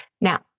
Now